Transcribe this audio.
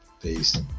Peace